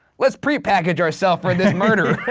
let's pre-package ourself for this murderer.